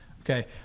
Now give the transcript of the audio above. Okay